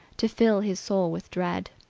to fill his soul with dread.